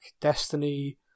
Destiny